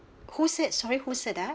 who said sorry who said that